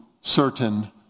certain